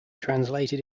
translated